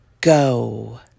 go